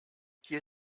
hier